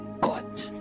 God